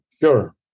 Sure